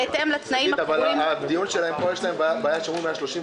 בהתאם לתנאים הקבועים בתקנות מס רכוש וקרן פיצויים